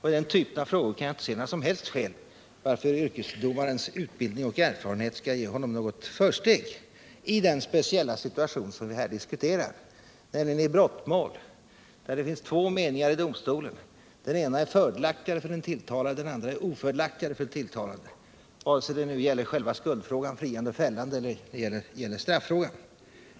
I den typen av frågor kan jag inte se några som helst skäl tillatt yrkesdomarens utbildning och erfarenhet skall ge honom något försteg i den speciella situation som vi här diskuterar, nämligen när det i brottmål finns två meningar, av vilka den ena är fördelaktigare för den tilltalade och den andra ofördelaktigare, oavsett om det gäller själva skuldfrågan — friande eller fällande — eller om det gäller straffrågan.